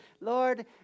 Lord